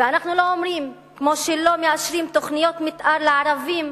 ואנחנו לא אומרים: כמו שלא מאשרים תוכניות מיתאר לערבים,